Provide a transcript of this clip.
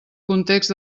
context